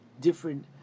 different